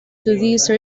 these